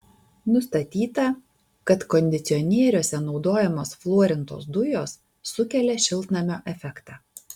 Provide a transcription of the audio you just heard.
nustatyta kad kondicionieriuose naudojamos fluorintos dujos sukelia šiltnamio efektą